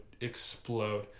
explode